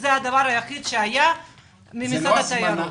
זו לא הזמנה.